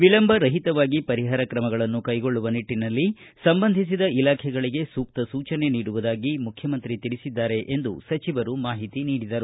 ವಿಳಂಬರಹಿತವಾಗಿ ಪರಿಹಾರ ಕ್ರಮಗಳನ್ನು ಕೈಗೊಳ್ಳುವ ನಿಟ್ಟನಲ್ಲಿ ಸಂಬಂಧಿಸಿದ ಇಲಾಖೆಗಳಿಗೆ ಸೂಕ್ತ ಸೂಚನೆ ನೀಡುವುದಾಗಿ ಮುಖ್ಯಮಂತ್ರಿ ತಿಳಿಸಿದ್ದಾರೆ ಎಂದು ಸಚಿವರು ಮಾಹಿತಿ ನೀಡಿದ್ದಾರೆ